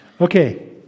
Okay